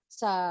sa